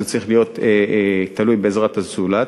הוא צריך להיות תלוי בעזרת הזולת.